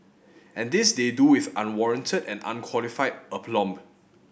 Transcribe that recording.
and this they do with unwarranted and unqualified aplomb